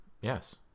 Yes